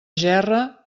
gerra